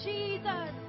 Jesus